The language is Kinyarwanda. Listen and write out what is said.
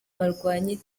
barwanye